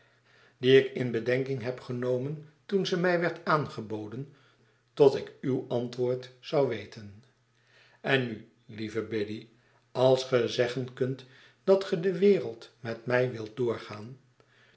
die ik in bedenking heb genomen toen ze mij werd aangeboden tot ik uw antwoord zou weten en nu lieve biddy als ge zeggen kunt dat ge de wereld met mij wilt doorgaan